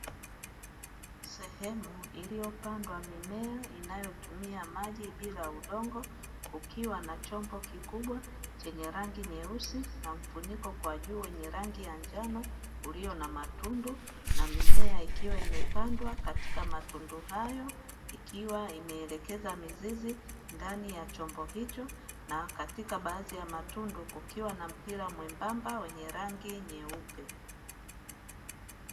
Sehemu iliyopandwa mimea inayotumia maji bila udongo kukiwa na chombo kikubwa chenye rangi nyeusi, na mfunika kwa juu wenye rangi ya njano, uliyo na matundu na mimea ikiwa imepandwa katika matundu hayo ikiwa imeelekeza mizizi ndani ya chombo hicho, na katika baadhi ya matundu kukiwa na mpira mwembamba wenye rangi nyeupe.